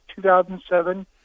2007